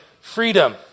freedom